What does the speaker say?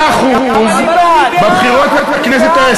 לא, אל תגיד: אני רק מקריא.